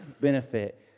benefit